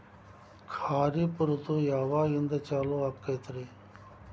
ಖಾರಿಫ್ ಋತು ಯಾವಾಗಿಂದ ಚಾಲು ಆಗ್ತೈತಿ?